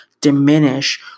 diminish